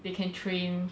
they can train